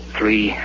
Three